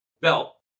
belt